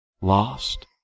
Lost